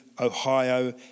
Ohio